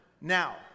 Now